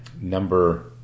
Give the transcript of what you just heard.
number